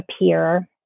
appear